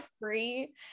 free